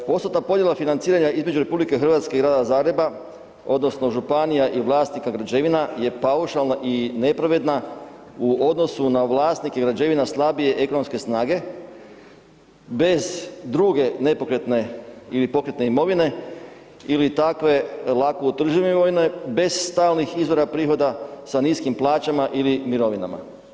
Postotna podjela financiranja između RH i Grada Zagreba odnosno županija i vlasti … je paušalna i nepravedna u odnosu na vlasnike građevina slabije ekonomske snage, bez druge nepokretne ili pokretne imovine ili takve lako utvrdive imovine bez stalnih izvora prihoda sa niskim plaćama ili mirovinama.